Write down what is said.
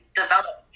develop